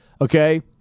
Okay